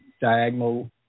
diagonal